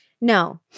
No